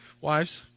wives